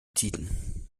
tiden